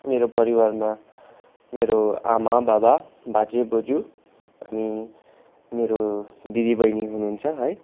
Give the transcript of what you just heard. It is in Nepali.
मेरो परिवारमा मेरो आमा बाबा बाजे बोजू अनि मेरो दिदी बहिनी हुनुहुन्छ है